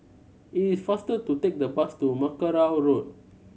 it is faster to take the bus to Mackerrow Road